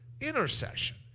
intercession